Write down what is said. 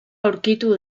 aurkitu